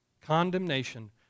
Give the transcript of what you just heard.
condemnation